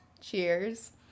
Cheers